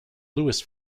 lewis